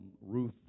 Ruth